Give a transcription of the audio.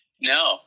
no